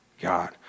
God